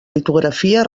litografia